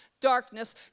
darkness